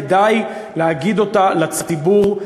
כדאי להגיד אותה לציבור,